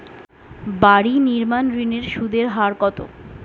বাড়ি নির্মাণ ঋণের সুদের হার কত?